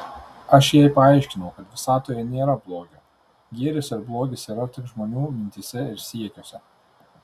aš jai paaiškinau kad visatoje nėra blogio gėris ir blogis yra tik žmonių mintyse ir siekiuose